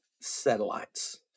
satellites